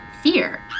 fear